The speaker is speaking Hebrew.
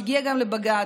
שהגיע גם לבג"ץ,